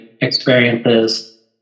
experiences